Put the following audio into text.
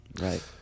right